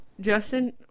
Justin